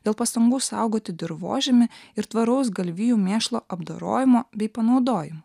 dėl pastangų saugoti dirvožemį ir tvaraus galvijų mėšlo apdorojimo bei panaudojimo